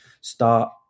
start